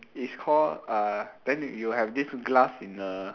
is call uh then you have this glass in a